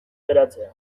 geratzea